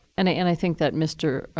and and i think that mr.